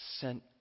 sent